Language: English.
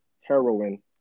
heroin